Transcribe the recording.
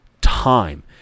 time